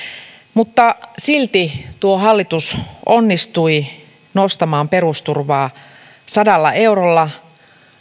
mutta silti tuo hallitus onnistui nostamaan perusturvaa sadalla eurolla